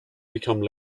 become